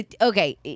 Okay